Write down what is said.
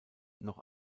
noch